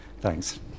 thanks